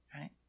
right